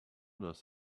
does